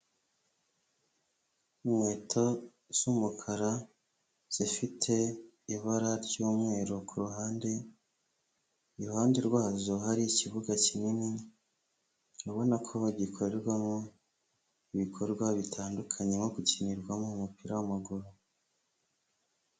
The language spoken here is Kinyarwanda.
Inkweto z'umukara zifite ibara ry'umweru ku ruhande, iruhande rwazo hari ikibuga kinini ubona ko bagikoreramo ibikorwa bitandukanye nko gukinirwamo umupira w'amaguru.